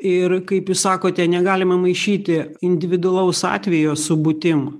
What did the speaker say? ir kaip jūs sakote negalima maišyti individualaus atvejo su būtim